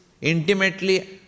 intimately